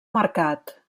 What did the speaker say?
mercat